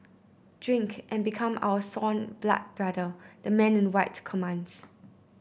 drink and become our sworn blood brother the man in white commands